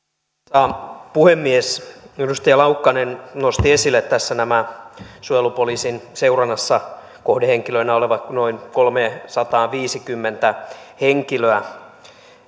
arvoisa puhemies edustaja laukkanen nosti esille tässä nämä suojelupoliisin seurannassa kohdehenkilöinä olevat noin kolmesataaviisikymmentä henkilöä